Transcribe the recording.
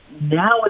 now